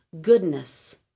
goodness